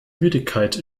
müdigkeit